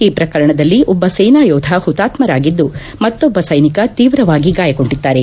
ಈ ಪ್ರಕರಣದಲ್ಲಿ ಒಬ್ಲ ಸೇನಾ ಯೋಧ ಹುತಾತ್ತರಾಗಿದ್ದು ಮತ್ತೊಬ್ಲ ಸೈನಿಕ ತೀವ್ರವಾಗಿ ಗಾಯಗೊಂಡಿದ್ದಾರೆ